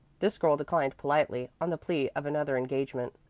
this girl declined politely, on the plea of another engagement.